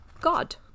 God